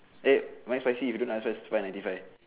eh my spicy if you don't ask first is five ninety five